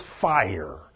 fire